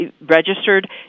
registered